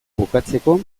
bukatzeko